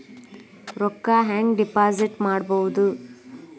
ರೊಕ್ಕ ಹೆಂಗೆ ಡಿಪಾಸಿಟ್ ಮಾಡುವುದು?